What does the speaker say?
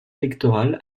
électorale